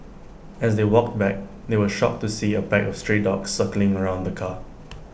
as they walked back they were shocked to see A pack of stray dogs circling around the car